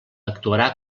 actuarà